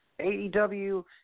AEW